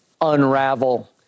unravel